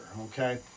okay